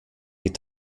die